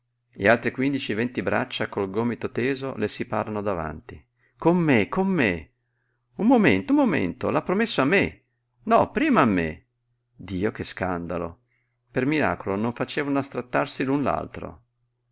e altre quindici venti braccia col gomito teso le si parano davanti con me con me un momento un momento l'ha promesso a me no prima a me dio che scandalo per miracolo non facevano a strattarsi l'un l'altro